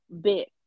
bit